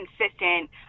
consistent